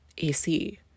AC